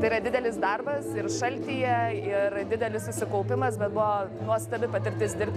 tai yra didelis darbas ir šaltyje ir didelis susikaupimas bet buvo nuostabi patirtis dirbt